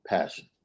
Passion